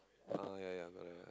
ah ya ya whatever